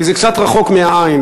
כי זה קצת רחוק מהעין,